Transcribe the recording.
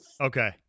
Okay